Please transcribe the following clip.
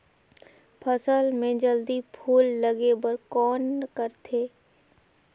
फसल मे जल्दी फूल लगे बर कौन करथे?